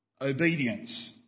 obedience